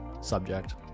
subject